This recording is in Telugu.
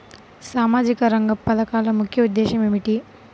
సామాజిక రంగ పథకాల ముఖ్య ఉద్దేశం ఏమిటీ?